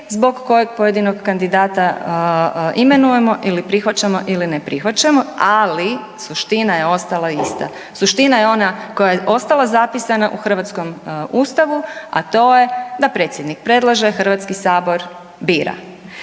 zbog kojeg pojedinog kandidata imenujemo ili prihvaćamo ili ne prihvaćamo, ali suština je ostala ista. Suština je ona koja je ostala zapisana u hrvatskom Ustavu, a to je da predsjednik predlaže, Hrvatski sabor bira.